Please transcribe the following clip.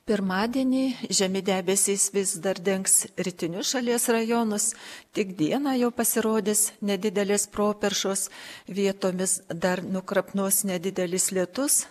pirmadienį žemi debesys vis dar dengs rytinius šalies rajonus tik dieną jau pasirodys nedidelės properšos vietomis dar nukrapnos nedidelis lietus